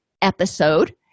episode